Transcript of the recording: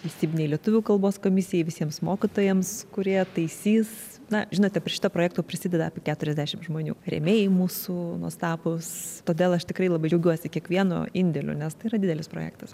valstybinei lietuvių kalbos komisijai visiems mokytojams kurie taisys na žinote prie šito projekto prisideda apie keturiasdešimt žmonių rėmėjai mūsų nuostabūs todėl aš tikrai labai džiaugiuosi kiekvienu indėliu nes tai yra didelis projektas